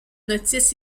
notices